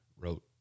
wrote